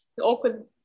Awkward